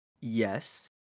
Yes